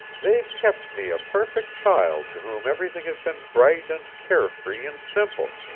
they've kept me a perfect child to whom everything has been bright and care-free and simple.